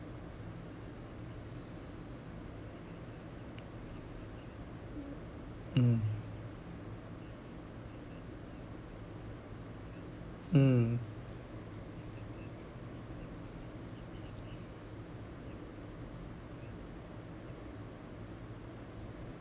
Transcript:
mm mm